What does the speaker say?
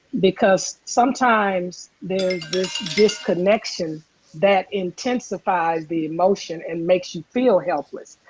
because sometimes, there's this disconnection that intensifies the emotion and makes you feel helpless.